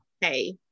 hey